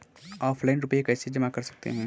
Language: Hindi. ऑफलाइन रुपये कैसे जमा कर सकते हैं?